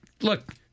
look